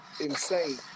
insane